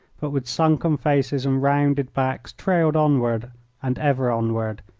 but with sunken faces and rounded backs trailed onward and ever onward,